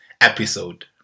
episode